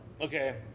Okay